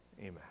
Amen